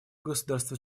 государство